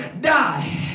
die